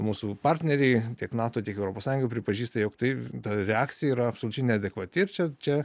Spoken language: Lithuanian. mūsų partneriai tiek nato tiek europos sąjunga pripažįsta jog tai ta reakcija yra absoliučiai neadekvati ir čia čia